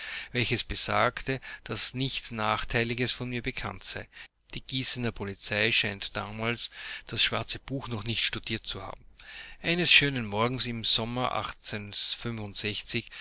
welches besagte daß nichts nachteiliges von mir bekannt sei die gießener polizei scheint damals das schwarze buch noch nicht studiert zu haben eines schönen morgens im sommer